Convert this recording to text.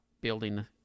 building